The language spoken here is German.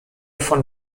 von